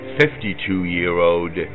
52-year-old